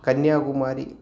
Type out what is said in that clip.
कन्याकुमारिः